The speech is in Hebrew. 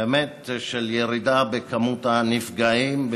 של ירידה במספר הנפגעים,